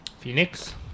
Phoenix